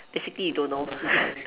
basically you don't know